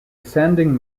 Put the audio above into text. ascending